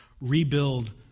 rebuild